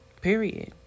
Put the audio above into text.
Period